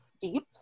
deep